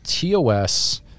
tos